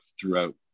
throughout